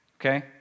okay